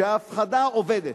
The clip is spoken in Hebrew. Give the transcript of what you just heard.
שההפחדה עובדת.